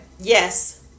yes